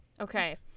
Okay